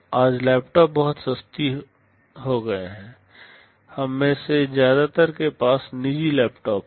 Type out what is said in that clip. आज लैपटॉप बहुत वहनीय हो गए हैं हम में से ज्यादातर के पास निजी लैपटॉप हैं